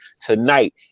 tonight